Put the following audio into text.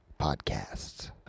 podcasts